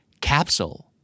capsule